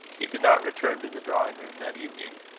he did not return to the drawing-room that evening.